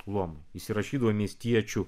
luomo įsirašydavo į miestiečių